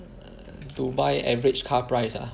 err Dubai average car price ah